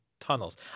tunnels